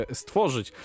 stworzyć